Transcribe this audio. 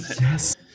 yes